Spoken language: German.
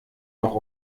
noch